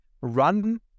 run